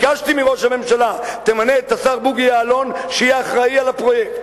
ביקשתי מראש הממשלה: תמנה את השר בוגי יעלון שיהיה אחראי לפרויקט,